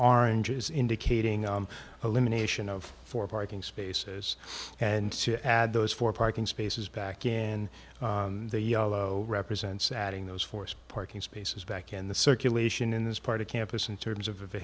oranges indicating elimination of four parking spaces and to add those four parking spaces back in the yellow represents adding those forced parking spaces back in the circulation in this part of campus in terms of